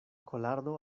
kolardo